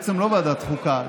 בעצם לא ועדת חוקה,